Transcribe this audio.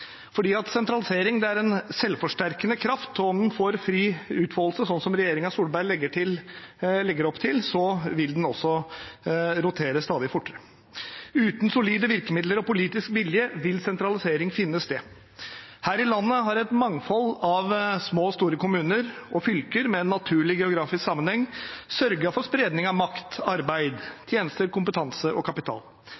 sentralisering. Det har vært en suksess, for sentralisering er en selvforsterkende kraft, og om den får fri utfoldelse, sånn som regjeringen Solberg legger opp til, vil den også rotere stadig fortere. Uten solide virkemidler og politisk vilje vil sentralisering finne sted. Her i landet har et mangfold av små og store kommuner og fylker med en naturlig geografisk sammenheng sørget for spredning av makt, arbeid,